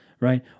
right